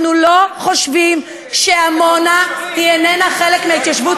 אנחנו לא חושבים שעמונה איננה חלק מההתיישבות